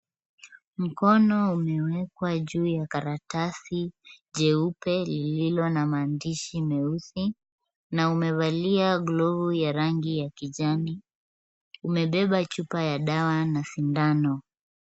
Mkono umewekwa juu ya karatasi jeupe lililo na maandishi meusi na umevalia glovu ya rangi ya kijani. Umebeba chupa ya dawa na sindano.